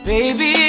Baby